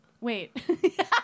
Wait